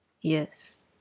Yes